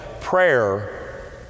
prayer